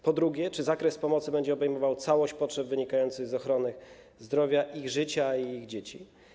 Po drugie, czy zakres pomocy będzie obejmował całość potrzeb wynikających z ochrony zdrowia, ich życia i życia ich dzieci?